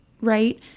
right